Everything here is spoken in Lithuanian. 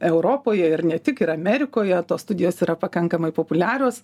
europoje ir ne tik ir amerikoje tos studijos yra pakankamai populiarios